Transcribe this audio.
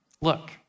Look